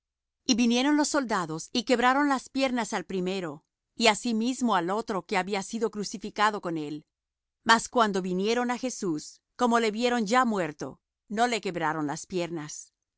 y vinieron los soldados y quebraron las piernas al primero y asimismo al otro que había sido crucificado con él mas cuando vinieron á jesús como le vieron ya muerto no le quebraron las piernas